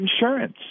insurance